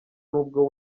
n’ubwo